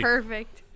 Perfect